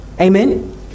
Amen